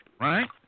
Right